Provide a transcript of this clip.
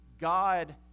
god